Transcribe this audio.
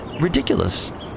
ridiculous